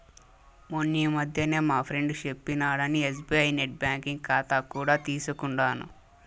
మొన్నీ మధ్యనే మా ఫ్రెండు సెప్పినాడని ఎస్బీఐ నెట్ బ్యాంకింగ్ కాతా కూడా తీసుకుండాను